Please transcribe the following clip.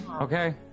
okay